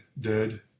dead